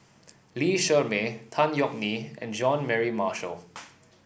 Lee Shermay Tan Yeok Nee and John Mary Marshall